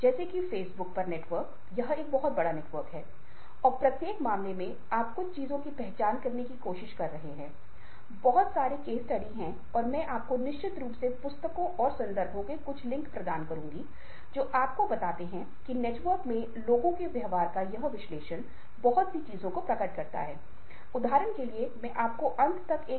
जब टीम एक प्रस्तुति में विफल होती है तो नेता को डर लगता है और विफलता के संभावित कारणों पर विचार करता है फिर टीम के साथ परिणामों की व्याख्या करता है और उनके साथ समाधान का पता लगाता है क्योंकि नेता में आत्म नियमन की भावना होती है